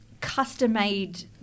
custom-made